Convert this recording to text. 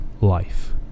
life